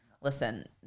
listen